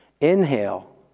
Inhale